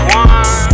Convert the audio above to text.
one